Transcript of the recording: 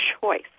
choice